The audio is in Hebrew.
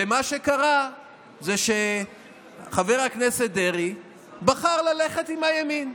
ומה שקרה זה שחבר הכנסת דרעי בחר ללכת עם הימין.